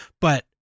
But-